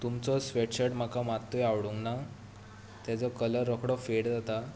तुमचो स्वॅटशर्ट म्हाका मात्तूय आवडूंक ना ताजो कलर रोकडो फेड जाता